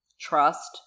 trust